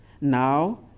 Now